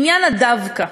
עניין הדווקא.